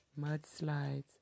mudslides